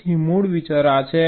તેથી મૂળ વિચાર આ છે